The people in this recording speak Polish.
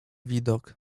widok